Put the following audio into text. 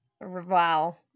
Wow